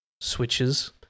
switches